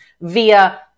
via